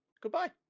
goodbye